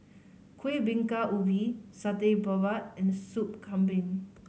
Kuih Bingka Ubi Satay Babat and Soup Kambing